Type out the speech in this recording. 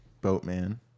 Boatman